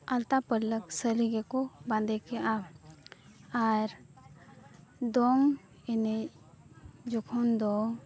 ᱟᱞᱛᱟ ᱯᱟᱹᱲᱞᱟᱹᱠ ᱥᱟᱹᱲᱤ ᱜᱮᱠᱚ ᱵᱟᱸᱫᱮ ᱠᱟᱜᱼᱟ ᱟᱨ ᱫᱚᱝ ᱮᱱᱮᱡ ᱡᱚᱠᱷᱚᱱ ᱫᱚ